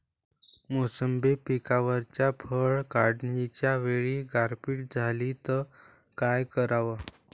मोसंबी पिकावरच्या फळं काढनीच्या वेळी गारपीट झाली त काय कराव?